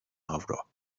avro